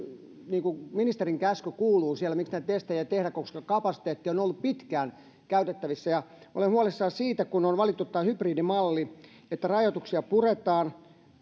ministerin käsky kuuluu siellä miksi näitä testejä ei tehdä vaikka kapasiteetti on on ollut pitkään käytettävissä olen huolissani siitä että kun on valittu tämä hybridimalli jossa rajoituksia puretaan